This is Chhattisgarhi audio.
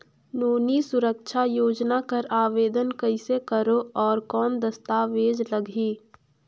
नोनी सुरक्षा योजना कर आवेदन कइसे करो? और कौन दस्तावेज लगही?